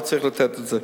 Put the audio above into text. לא צריך לתת את זה.